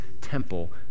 temple